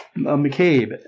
McCabe